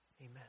Amen